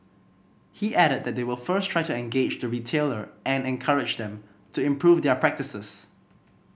he added that they will first try to engage the retailer and encourage them to improve their practices